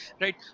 right